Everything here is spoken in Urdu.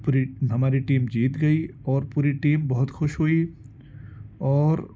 پوری ہماری ٹیم جیت گئی اور پوری ٹیم بہت خوش ہوئی اور